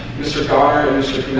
mr. connor, and mr.